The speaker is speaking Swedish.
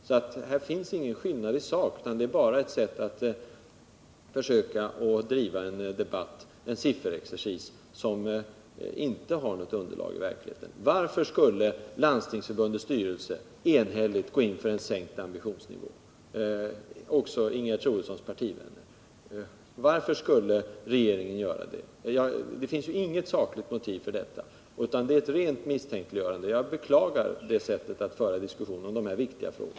Här finns alltså ingen skillnad i sak, utan Ingegerd Troedsson driver en sifferexercis som inte har underlag i verkligheten. Varför skulle Landstingsförbundets styrelse — också Ingegerd Troedssons partivänner — gå in för en sänkt ambitionsnivå? Varför skulle regeringen göra det? Det finns inget sakligt motiv för ett sådant påstående, utan det är ett rent misstänkliggörande. Jag beklagar det sättet att föra diskussionen om dessa viktiga frågor.